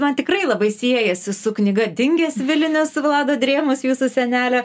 man tikrai labai siejasi su knyga dingęs vilnius vlado drėmos jūsų senelio